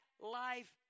life